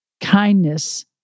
kindness